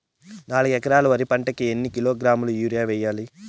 నాలుగు ఎకరాలు వరి పంటకి ఎన్ని కిలోగ్రాముల యూరియ వేయాలి?